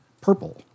Purple